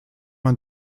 man